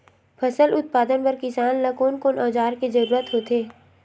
फसल उत्पादन बर किसान ला कोन कोन औजार के जरूरत होथे?